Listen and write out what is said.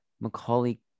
Macaulay